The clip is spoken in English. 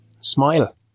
Smile